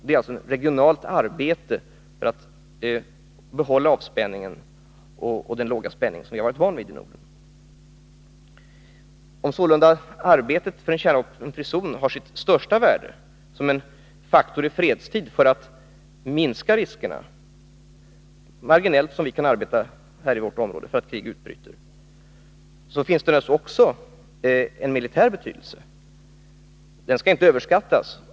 Det är ett regionalt arbete för att behålla avspänningen och den låga spänning som vi har varit vana vid i Norden. Även om sålunda arbetet för en kärnvapenfri zon har sitt största värde som en faktor i fredstid för att minska riskerna — det arbete vi kan utföra i vårt område är dock marginellt — för att krig utbryter, så har detta arbete naturligtvis också en militär betydelse. Den betydelsen skall inte överskattas.